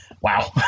wow